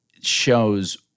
shows